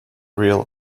real